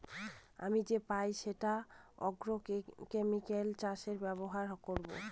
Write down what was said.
আমি যে পাই সেটা আগ্রোকেমিকাল চাষে ব্যবহার করবো